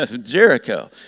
Jericho